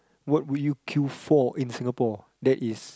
what would you queue for in Singapore that is